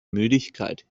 müdigkeit